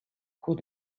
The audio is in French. cours